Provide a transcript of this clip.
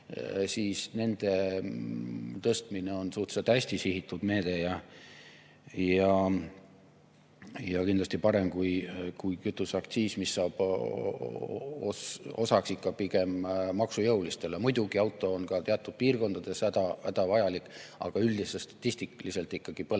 siis nende tõstmine on suhteliselt hästi sihitud meede ja kindlasti parem kui kütuseaktsiis, mis saab osaks ikka pigem maksujõulistele. Muidugi, auto on ka teatud piirkondades hädavajalik, aga üldiselt statistiliselt ikkagi